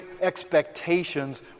expectations